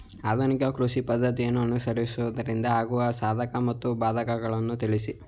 ಆಧುನಿಕ ಕೃಷಿ ಪದ್ದತಿಯನ್ನು ಅನುಸರಿಸುವುದರಿಂದ ಆಗುವ ಸಾಧಕ ಮತ್ತು ಬಾಧಕಗಳನ್ನು ತಿಳಿಸಿ?